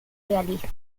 realista